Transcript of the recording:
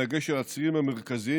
בדגש על הצירים המרכזיים,